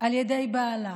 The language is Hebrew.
על ידי בעלה,